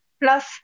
Plus